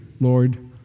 Lord